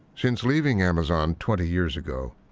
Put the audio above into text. since leaving amazon twenty years ago,